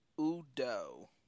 Udo